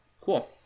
cool